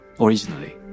originally